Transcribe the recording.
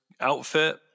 outfit